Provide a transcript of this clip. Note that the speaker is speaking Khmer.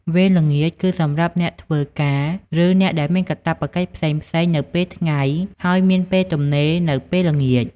វេនល្ងាចគឺសម្រាប់អ្នកធ្វើការ ឬអ្នកដែលមានកាតព្វកិច្ចផ្សេងៗនៅពេលថ្ងៃ ហើយមានពេលទំនេរនៅពេលល្ងាច។